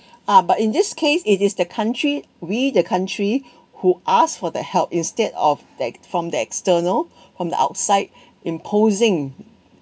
uh but in this case it is the country we the country who asked for the help instead of that from the external from the outside imposing